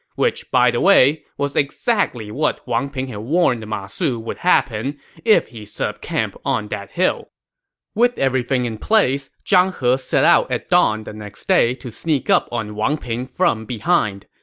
which, by the way, was exactly what wang ping had warned ma su would happen if he set up camp on the hill with everything in place, zhang he set out at dawn the next day to sneak up on wang ping from behind.